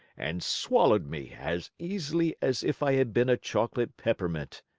and swallowed me as easily as if i had been a chocolate peppermint.